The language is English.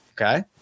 Okay